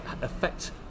affect